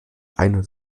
eine